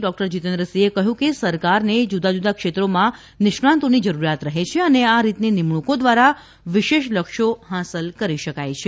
doctor જીતેન્દ્રસિંહે કહ્યું કે સરકારને જુદા જુદા ક્ષેત્રોમાં નિષ્ણાતોની જરૂરિયાત રહે છે અને આ રીતની નિમણુંકો દ્વારા વિશેષ લક્ષ્યો હાંસલ કરી શકાય છે